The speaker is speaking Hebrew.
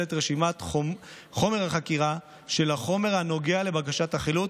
את רשימת חומר החקירה של החומר הנוגע לבקשת החילוט,